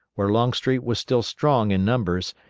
where longstreet was still strong in numbers,